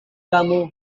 kamu